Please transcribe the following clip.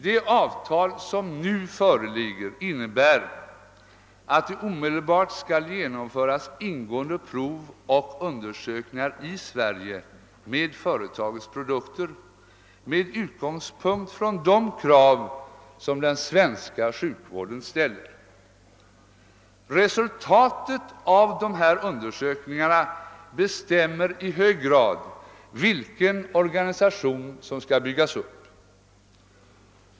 Det avtal som nu föreligger innebär att det omedelbart skall genomföras ingående prov och undersökningar i Sverige med företagets produkter med utgångspunkt i de krav som den svenska sjukvården ställer. Resultatet av dessa undersökningar bestämmer i hög grad vilken organisation som skall byggas upp.